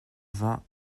vingts